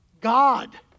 God